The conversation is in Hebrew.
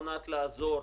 לא נועד לעזור,